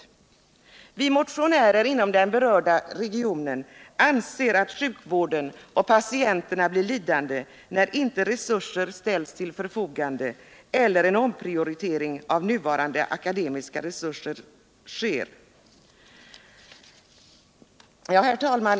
Vi motionärer inom den berörda regionen anser att sjukvården och patienterna blir lidande, när inte resurser ställs till förfogande eller en omprioritering av nuvarande akademiska resurser sker.